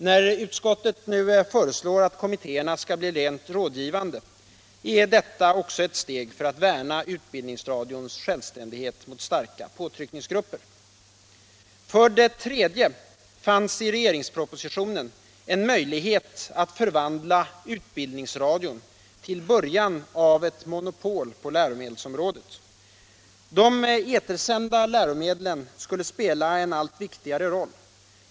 När utskottet nu föreslår att kommittéerna skall bli rent rådgivande är detta också ett steg för att värna utbildningsradions självständighet mot starka. påtryckningsgrupper. För det tredje fanns det i regeringspropositionen en möjlighet att förvandla utbildningsradion till början av ett monopol på läromedelsområdet. De etersända läromedlen skulle spela en allt viktigare roll.